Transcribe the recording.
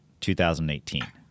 2018